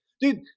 Dude